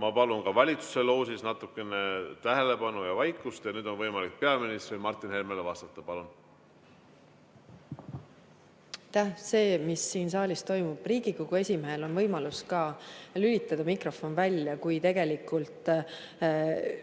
Ma palun ka valitsuse loožis natukene tähelepanu ja vaikust. Nüüd on võimalik peaministril Martin Helmele vastata. Palun! Aitäh! See, mis siin saalis toimub ... Riigikogu esimehel on võimalus lülitada mikrofon välja, kui tegelikult